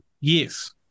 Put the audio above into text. yes